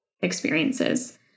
experiences